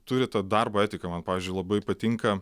turi tą darbo etiką man pavyzdžiui labai patinka